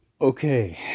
Okay